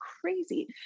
crazy